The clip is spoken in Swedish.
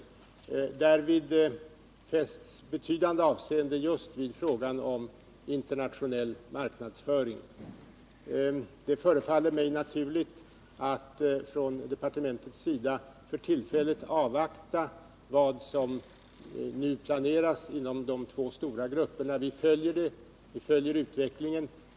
Nr 29 Därvid fästs betydande avseende just vid frågan om internationell marknadsföring. Det förefaller mig naturligt att från departementets sida för tillfället avvakta vad som nu planeras inom de två stora grupperna. Vi följer utvecklingen.